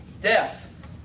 Death